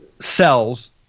cells